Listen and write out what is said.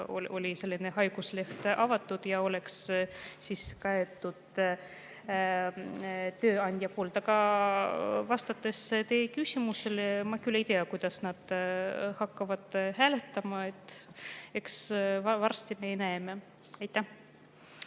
oleks haigusleht avatud ja oleks kaetud tööandja poolt. Aga vastates teie küsimusele: ma küll ei tea, kuidas nad hakkavad hääletama, eks me varsti näeme. Aitäh